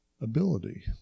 ability